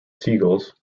seagulls